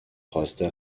خواسته